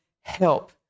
help